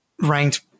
ranked